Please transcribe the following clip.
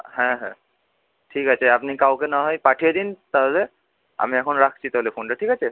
হ্যাঁ হ্যাঁ ঠিক আছে আপনি কাউকে নাহয় পাঠিয়ে দিন তাহলে আমি এখন রাখছি তাহলে ফোনটা ঠিক আছে